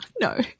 No